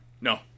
No